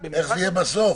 איך זה יהיה בסוף,